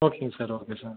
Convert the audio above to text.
ஓகேங்க sir okay sir